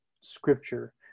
Scripture